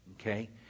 Okay